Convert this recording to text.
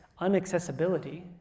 unaccessibility